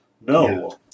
No